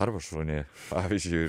arba šunį pavyzdžiui